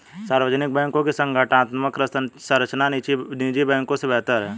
सार्वजनिक बैंकों की संगठनात्मक संरचना निजी बैंकों से बेहतर है